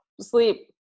sleep